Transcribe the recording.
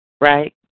right